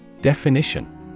Definition